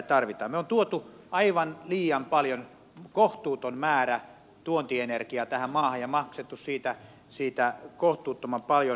me olemme tuoneet aivan liian paljon kohtuuttoman määrän tuontienergiaa tähän maahan ja maksaneet siitä kohtuuttoman paljon